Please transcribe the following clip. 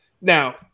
Now